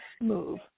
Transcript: move